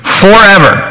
forever